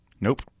Nope